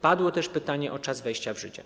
Padło też pytanie o czas wejścia w życie.